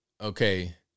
Okay